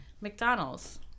McDonald's